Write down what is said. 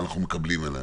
אנחנו מקבלים.